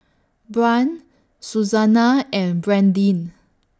Brant Susannah and Brandyn